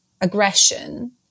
aggression